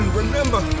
remember